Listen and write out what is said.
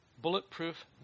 Bulletproof